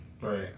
Right